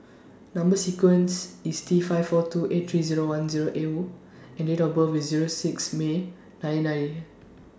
Number sequence IS T five four two eight three one Zero L and Date of birth IS Zero six May nineteen ninety